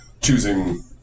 choosing